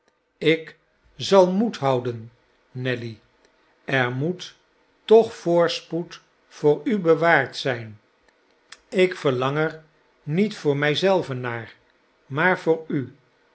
ik zal moed houden nelly er moet toch voorspoed voor u bewaard zijn ik verlang er niet voor mij zelven naar maar voor u